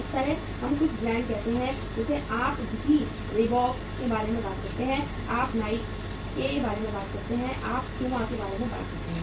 इसी तरह हम कुछ ब्रांडेड कहते हैं जैसे कि आप भी रिबॉक के बारे में बात करते हैं आप नाइके के बारे में बात करते हैं आप प्यूमा के बारे में बात करते हैं